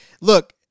look